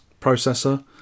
processor